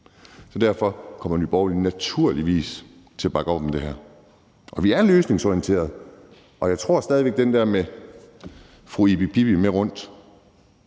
Så derfor kommer Nye Borgerlige naturligvis til at bakke op om det her, og vi er løsningsorienterede. Jeg tror stadig væk, at det der med at tage fru Ibi-Pippi med rundt